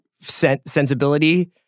sensibility